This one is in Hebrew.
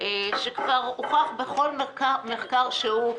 שכבר הוכח בכל מחקר שהוא,